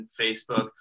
Facebook